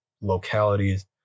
localities